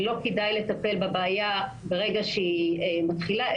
לא כדאי לטפל בבעיה ברגע שהיא מתחילה,